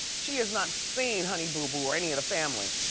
she has not seen honey boo boo or any of the family.